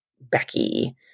Becky